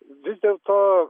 vis dėlto